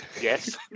Yes